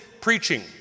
preaching